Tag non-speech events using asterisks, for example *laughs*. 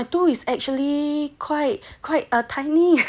!wah! two point two is actually quite quite tiny *laughs*